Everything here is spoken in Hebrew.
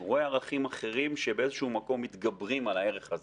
הוא רואה ערכים אחרים שבאיזשהו מקום מתגברים על הערך הזה.